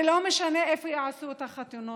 ולא משנה איפה יעשו את החתונות.